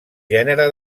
gènere